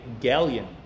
galleon